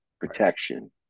protection